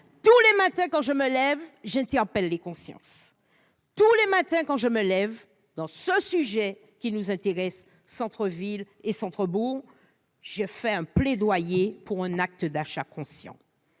Tous les matins, quand je me lève, j'interpelle les consciences. Tous les matins, quand je me lève, s'agissant de ce sujet qui nous intéresse, les centres-villes et les centres-bourgs, je plaide pour des actes d'achat conscients.